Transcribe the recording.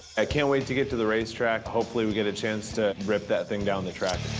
i can't wait to get to the race track. hopefully, we get a chance to rip that thing down the track.